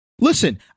Listen